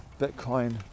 Bitcoin